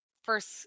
First